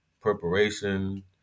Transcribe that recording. preparation